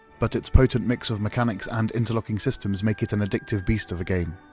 but its potent mix of mechanics and interlocking systems make it an addictive beast of a game.